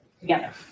together